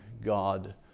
God